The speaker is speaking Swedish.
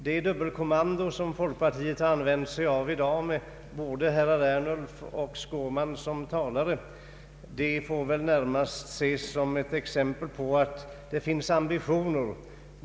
Det dubbelkommando som folkpartiet i dag begagnar sig av, med både herr Ernulf och herr Skårman som talare, får väl närmast ses som exempel på att det finns ambitioner.